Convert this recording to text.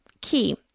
Key